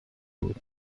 بود